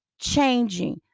changing